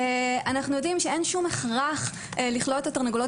אנחנו יודעים שאין שום הכרח לכלוא את התרנגולות